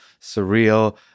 surreal